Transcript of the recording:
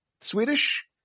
swedish